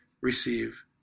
receive